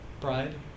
Pride